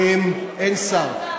אין שר פה.